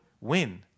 win